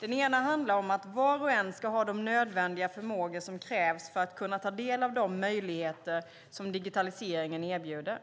Den ena handlar om att var och en ska ha de nödvändiga förmågor som krävs för att kunna ta del av de möjligheter som digitaliseringen erbjuder.